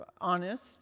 honest